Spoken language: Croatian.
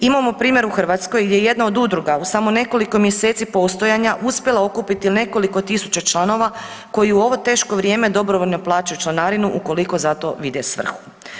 Imamo primjer u Hrvatskoj gdje je jedna od udruga u samo nekoliko mjeseci postojanja uspjela okupiti nekoliko tisuća članova koji u ovo teško vrijeme dobrovoljno plaćaju članarinu ukoliko za to vide svrhu.